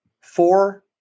Four